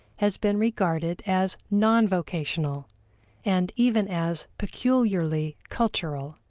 has been regarded as non-vocational and even as peculiarly cultural.